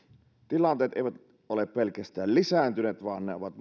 tilanteet eivät ole pelkästään lisääntyneet vaan ne ovat